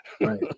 Right